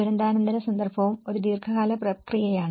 ദുരന്താനന്തര സന്ദർഭവും ഒരു ദീർഘകാല പ്രക്രിയയാണ്